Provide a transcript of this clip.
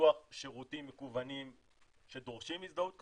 לפיתוח שירותים מקוונים שדורשים הזדהות כזו,